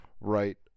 right